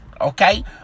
okay